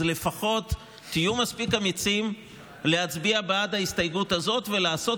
אז לפחות תהיו מספיק אמיצים להצביע בעד ההסתייגות הזאת ולעשות